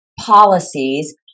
policies